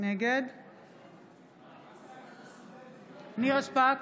נגד נירה שפק,